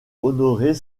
honorer